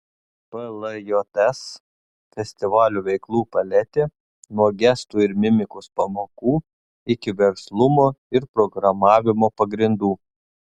pljs festivalio veiklų paletė nuo gestų ir mimikos pamokų iki verslumo ir programavimo pagrindų